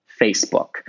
Facebook